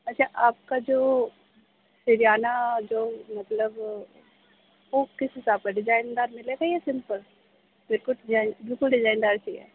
اچھا آپ کا جو سرہانہ جو مطلب وہ کس حساب کا ڈیزائین دار ملے گا یا سمپل میرے کو میرے کو ڈیزائین دار چاہیے